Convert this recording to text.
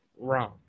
wrong